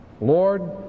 Lord